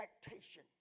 expectation